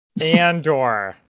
andor